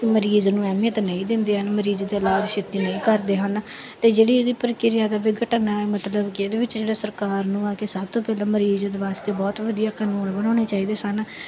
ਮਰੀਜ਼ ਨੂੰ ਅਹਿਮੀਅਤ ਨਹੀਂ ਦਿੰਦੇ ਹਨ ਮਰੀਜ਼ ਦਾ ਇਲਾਜ ਛੇਤੀ ਨਹੀਂ ਕਰਦੇ ਹਨ ਅਤੇ ਜਿਹੜੀ ਇਹਦੀ ਪ੍ਰਕਿਰਿਆ ਦਾ ਵਿਘਟਨ ਹੈ ਮਤਲਬ ਕਿ ਇਹਦੇ ਵਿੱਚ ਜਿਹੜੇ ਸਰਕਾਰ ਨੂੰ ਆ ਕੇ ਸਭ ਤੋਂ ਪਹਿਲਾਂ ਮਰੀਜ਼ ਦੇ ਵਾਸਤੇ ਬਹੁਤ ਵਧੀਆ ਕਾਨੂੰਨ ਬਣਾਉਣੇ ਚਾਹੀਦੇ ਸਨ